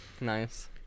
Nice